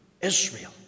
Israel